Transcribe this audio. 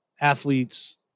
athletes